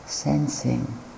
Sensing